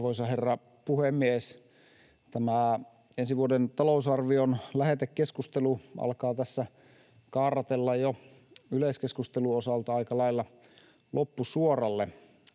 Arvoisa herra puhemies! Tämä ensi vuoden talousarvion lähetekeskustelu alkaa tässä kaarrella yleiskeskustelun osalta jo aika lailla loppusuoralle.